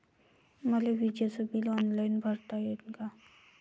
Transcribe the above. मले विजेच bill online भरता येईन का?